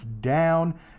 down